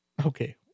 okay